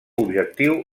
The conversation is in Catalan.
objectiu